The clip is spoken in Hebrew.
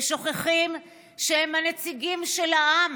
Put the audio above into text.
ושוכחים שהם הנציגים של העם,